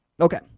Okay